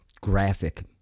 graphic